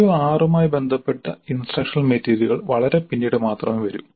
CO6 ഉമായി ബന്ധപ്പെട്ട instructional മെറ്റീരിയലുകൾ വളരെ പിന്നീട് മാത്രമേ വരൂ